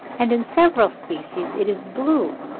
and in several species it is blue,